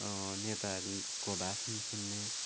नेताहरूको भाषण सुन्ने